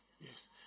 Yes